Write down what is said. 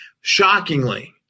Shockingly